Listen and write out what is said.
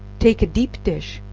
take a deep dish,